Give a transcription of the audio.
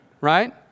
Right